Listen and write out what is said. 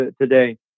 today